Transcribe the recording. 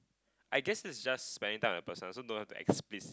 I guess it's just spending time with that person so don't have to be explicit